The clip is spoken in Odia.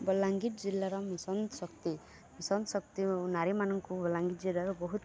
ବଲାଙ୍ଗୀର ଜିଲ୍ଲାର ମିଶନ ଶକ୍ତି ମିଶନ ଶକ୍ତି ଓ ନାରୀମାନଙ୍କୁ ବଲାଙ୍ଗୀର ଜିଲ୍ଲାର ବହୁତ